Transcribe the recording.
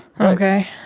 Okay